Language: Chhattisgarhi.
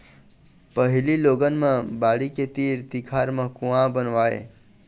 पहिली लोगन मन बाड़ी के तीर तिखार म कुँआ बनवावय